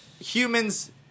humans